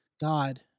God